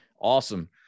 Awesome